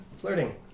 Flirting